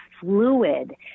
fluid